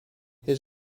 his